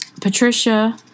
Patricia